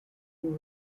who